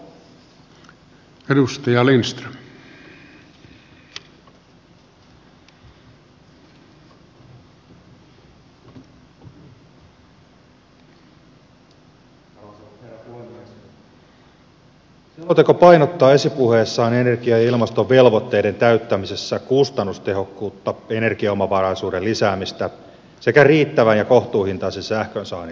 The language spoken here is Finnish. selonteko painottaa esipuheessaan energia ja ilmastovelvoitteiden täyttämisessä kustannustehokkuutta energiaomavaraisuuden lisäämistä sekä riittävän ja kohtuuhintaisen sähkönsaannin turvaamista